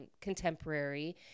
contemporary